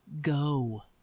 Go